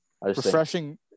Refreshing